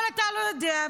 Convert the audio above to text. אבל אתה לא יודע,